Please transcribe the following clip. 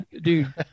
dude